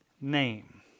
name